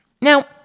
Now